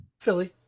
Philly